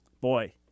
Boy